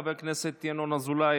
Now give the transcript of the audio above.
חבר הכנסת ינון אזולאי,